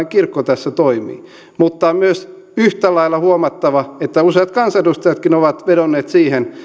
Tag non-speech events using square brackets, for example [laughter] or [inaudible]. [unintelligible] kirkko tässä toimii mutta on myös yhtä lailla huomattava että useat kansanedustajatkin ovat vedonneet siihen